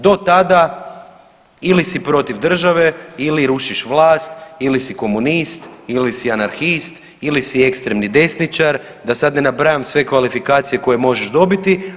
Do tada ili si protiv države ili rušiš vlast ili si komunist ili si anarhist ili si ekstremni desničar da sad ne nabrajam sve kvalifikacije koje možeš dobiti.